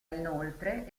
inoltre